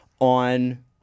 on